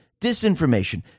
disinformation